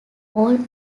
all